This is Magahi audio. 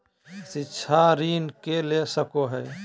शिक्षा ऋण के ले सको है?